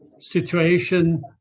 situation